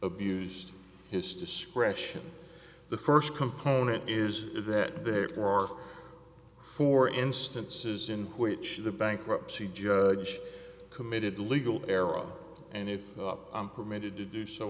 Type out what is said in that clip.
abused his discretion the first component is that there are two or instances in which the bankruptcy judge committed legal era and if i'm permitted to do so